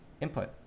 input